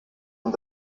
und